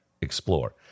explore